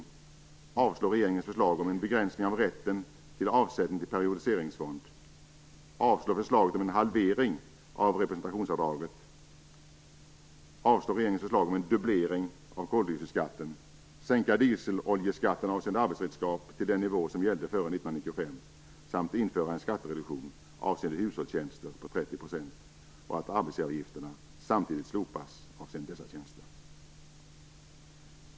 Vi vill också att regeringens förslag om en begränsning av rätten till avsättning till periodiseringsfond, att förslaget om en halvering av representationsavdraget och regeringens förslag om en dubblering av koldioxidskatten avslås. Vi vill sänka dieseloljeskatten avseende arbetsredskap till den nivå som gällde före 1995 samt införa en skattereduktion avseende hushållstjänster på 30 % och att arbetsgivaravgifterna samtidigt slopas avseende dessa tjänster.